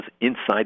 inside